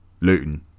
Luton